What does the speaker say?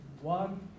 one